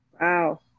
Wow